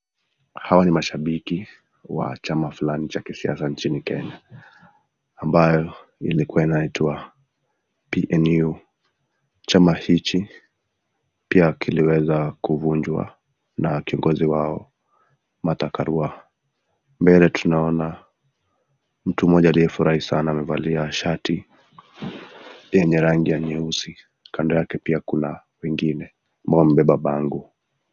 Hawa ni mashabiki wa chama fulani cha wanasiasa nchini kenya ambayo ilikua inaitwa PNU.Chama hichi pia kiliweza kuvunjwa na kiongozi wao Martha Karua. Mbele tunaona mtu mmoja aliyefurahi sana amevalia shati yenye rangi ya nyeusi kando yake pia kuna wengine ambao wamebeba bango.